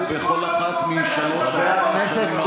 חדשים היו בכל אחת משלוש השנים האחרונות?